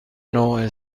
نوع